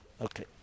Okay